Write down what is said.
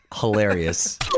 Hilarious